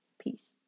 Peace